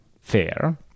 Fair